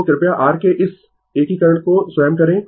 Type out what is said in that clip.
तो कृपया r के इस एकीकरण को स्वयं करें